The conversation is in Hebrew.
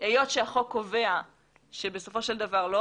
היות והחוק קובע שבסופו של דבר לא